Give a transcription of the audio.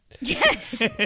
Yes